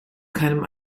keinem